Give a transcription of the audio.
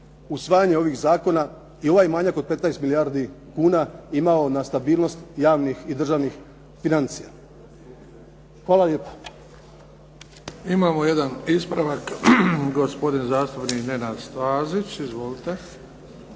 usvajanje ovih zakona i ovaj manjak od 15 milijardi kuna imao na stabilnost javnih i državnih financija. Hvala lijepa.